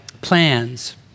plans